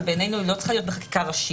אבל בעינינו היא לא צריכה להיות בחקיקה ראשית.